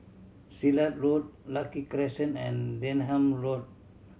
Silat Road Lucky Crescent and Denham Road